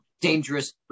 Dangerous